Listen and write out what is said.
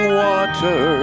water